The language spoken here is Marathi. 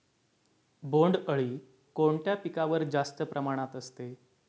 बोंडअळी कोणत्या पिकावर जास्त प्रमाणात असते?